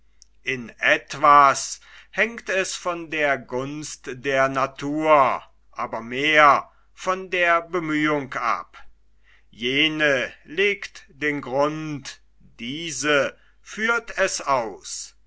in etwas hängt es von der gunst der natur aber mehr von der bemühung ab jene legt den grund diese führt es aus